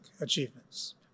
achievements